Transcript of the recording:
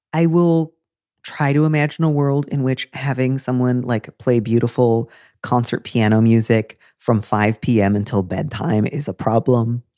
i will try to imagine a world in which having someone like play beautiful concert piano music from five p m. until bedtime is a problem.